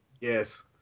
Yes